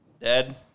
Dead